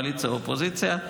בקואליציה או באופוזיציה,